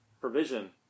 provision